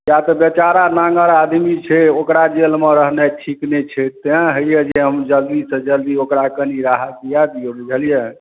किआक तऽ बेचारा नाङ्गर आदमी छै ओकरा जेलमे रहनाइ ठीक नहि छै तैँ होइए जे हम जल्दीसँ जल्दी ओकरा कनी राहत दिआ दियै बुझलियै